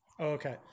okay